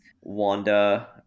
Wanda